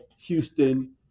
houston